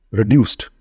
reduced